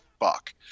fuck